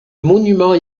monument